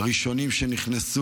הם הראשונים שנכנסו,